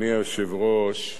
אדוני היושב-ראש,